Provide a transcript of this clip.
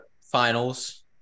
finals